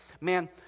man